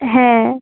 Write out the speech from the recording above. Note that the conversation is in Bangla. হ্যাঁ